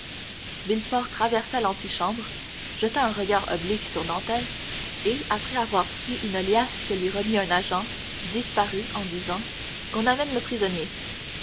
traversa l'antichambre jeta un regard oblique sur dantès et après avoir pris une liasse que lui remit un agent disparut en disant qu'on amène le prisonnier